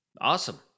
Awesome